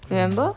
mm